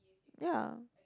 ya